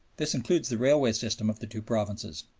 this includes the railway system of the two provinces,